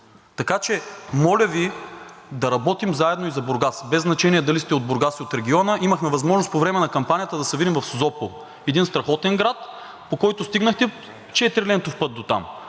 Така че, моля Ви да работим заедно и за Бургас, без значение дали сте от Бургас, или от региона. Имахме възможност по време на кампанията да се видим в Созопол – един страхотен град, до който стигнахте по четирилентов път.